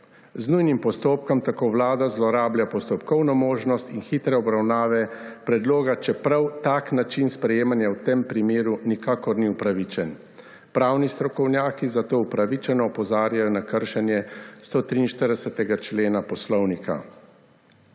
Z nujnim postopkom tako vlada zlorablja postopkovno možnost in hitre obravnave predloga, čeprav tak način sprejemanja v tem primeru nikakor ni upravičen. Pravni strokovnjaki zato upravičeno opozarjajo na kršenje 143. člena Poslovnika.